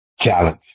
challenge